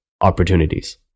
opportunities